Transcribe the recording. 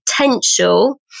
potential